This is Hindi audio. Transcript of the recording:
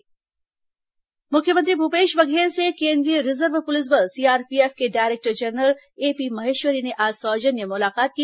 मुख्यमंत्री डीजी भेंट मुख्यमंत्री भूपेश बघेल से केंद्रीय रिजर्व पुलिस बल सीआरपीएफ के डायरेक्टर जनरल एपी महेश्वरी ने आज सौजन्य मुलाकात की